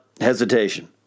hesitation